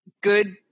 good